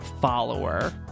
follower